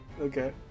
Okay